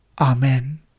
Amen